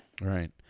Right